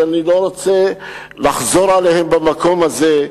שאני לא רוצה לחזור עליהם במקום הזה,